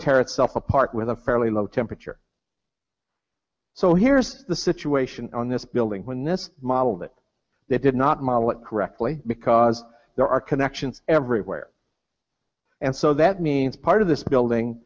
terror itself apart with a fairly low temperature so here's the situation on this building when this model that they did not model it correctly because there are connections everywhere and so that means part of this building